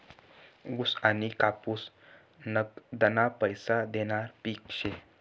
ऊस आनी कापूस नगदना पैसा देनारं पिक शे